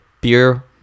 beer